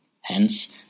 Hence